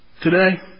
today